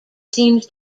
seems